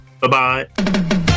Bye-bye